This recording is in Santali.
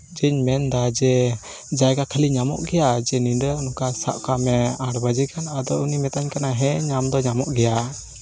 ᱪᱮᱫ ᱤᱧ ᱢᱮᱱ ᱮᱫᱟ ᱡᱮ ᱡᱟᱭᱜᱟ ᱠᱷᱟᱞᱤ ᱧᱟᱢᱚᱜ ᱜᱮᱭᱟ ᱡᱮ ᱧᱤᱫᱟᱹ ᱥᱟᱵ ᱠᱟᱜ ᱢᱮ ᱱᱚᱝᱠᱟ ᱟᱴ ᱵᱟᱡᱮ ᱠᱷᱟᱱ ᱟᱫᱚ ᱩᱱᱤᱭ ᱢᱤᱛᱟᱹᱧ ᱠᱟᱱᱟ ᱦᱮᱸ ᱧᱟᱢ ᱫᱚ ᱧᱟᱢᱚᱜ ᱜᱮᱭᱟ